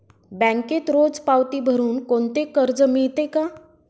बँकेत रोज पावती भरुन कोणते कर्ज मिळते का?